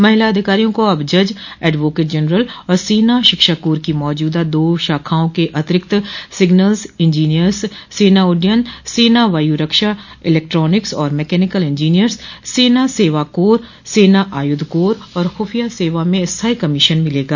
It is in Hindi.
महिला अधिकारियों को अब जज एडवोकेट जनरल और सेना शिक्षा कोर की मौजूदा दो शाखाओं के अतिरिक्त सिग्नल्स इंजीनियर्स सेना उड्डयन सेना वायु रक्षा इलेक्ट्रॉनिक्स और मैकेनिकल इंजीनियर्स सेना सेवा कोर सेना आयुध कोर और खुफिया सेवा में स्थायी कमीशन मिलेगा